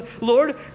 Lord